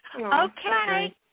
Okay